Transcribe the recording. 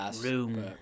Room